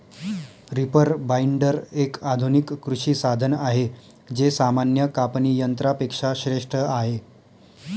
reaper binder, एक आधुनिक कृषी साधन आहे जे सामान्य कापणी यंत्रा पेक्षा श्रेष्ठ आहे